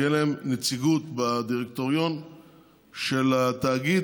תהיה להן נציגות בדירקטוריון של התאגיד